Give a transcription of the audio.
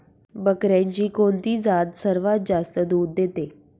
बकऱ्यांची कोणती जात सर्वात जास्त दूध देते?